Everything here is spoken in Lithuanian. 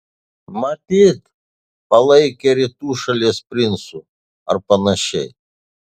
matyt palaikė rytų šalies princu ar panašiai